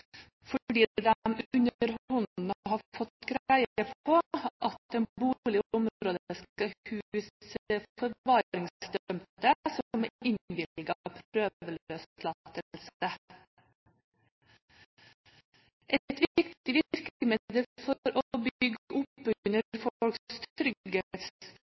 fordi de underhånden har fått greie på at en bolig i området skal huse forvaringsdømte som er innvilget prøveløslatelse. Et viktig virkemiddel for å bygge oppunder folks